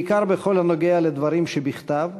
בעיקר בכל הנוגע לדברים שבכתב,